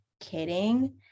kidding